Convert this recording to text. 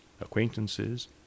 acquaintances